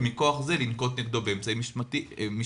ומכוח זה לנקוט נגדו באמצעים משמעתיים,